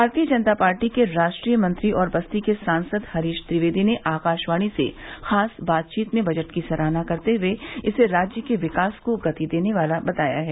भारतीय जनता पार्टी के राष्ट्रीय मंत्री और बस्ती के सांसद हरीश द्विवेदी ने आकाशवाणी से खास बातचीत में बजट की सराहना करते हए इसे राज्य के विकास को गति देने वाला बताया है